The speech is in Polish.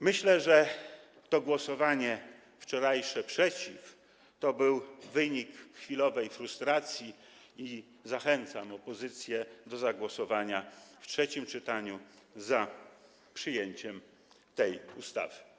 Myślę, że to wczorajsze głosowanie przeciw to był wynik chwilowej frustracji i zachęcam opozycję do zagłosowania w trzecim czytaniu za przyjęciem tej ustawy.